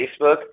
Facebook